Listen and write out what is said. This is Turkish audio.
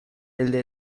elde